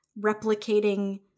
replicating